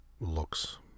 looks